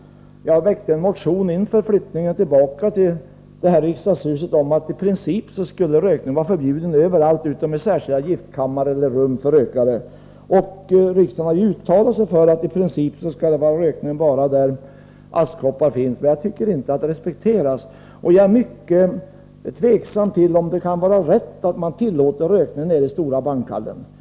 Jag väckte en motion inför flyttningen tillbaka till det här riksdagshuset, innebärande att rökning skulle vara principiellt förbjuden, utom i särskilda giftkammare eller rum för rökare. Riksdagen har också uttalat sig för att rökning i princip bara är tillåten där det finns askkoppar, men jag tycker inte att detta respekteras. Jag är mycket tveksam till att tillåta rökning nere i stora bankhallen.